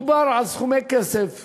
מדובר בסכומי כסף קטנים,